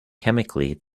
chemically